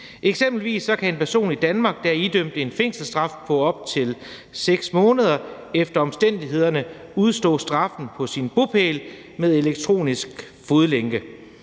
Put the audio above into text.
Eksempelvis kan en person i Danmark, der idømmes en fængselsstraf på op til 6 måneder, efter omstændighederne udstå straffen på sin bopæl med elektronisk fodlænke.